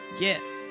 Yes